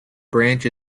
branch